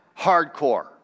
hardcore